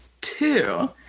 two